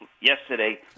Yesterday